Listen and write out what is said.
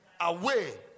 away